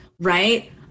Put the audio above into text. right